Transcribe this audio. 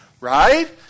Right